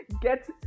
get